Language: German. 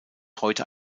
heute